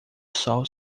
sol